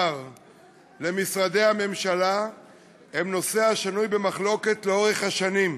ההצעה לסדר-היום עוברת לוועדת העבודה והרווחה.